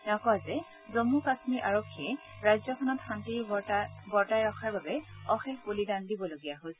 তেওঁ কয় যে জন্মু কাশ্মীৰ আৰক্ষীয়ে ৰাজ্যখনত শান্তি বৰ্তাই ৰখাৰ বাবে অশেষ বলিদান দিবলগীয়া হৈছে